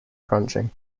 crunching